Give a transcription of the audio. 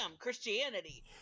Christianity